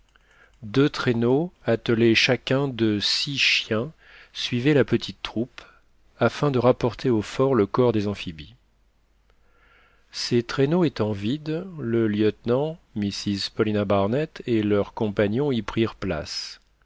deux traîneaux attelés chacun de six chiens suivaient la petite troupe afin de rapporter au fort le corps des amphibies ces traîneaux étant vides le lieutenant mrs paulina barnett et leurs compagnons y prirent place